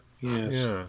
yes